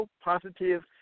positive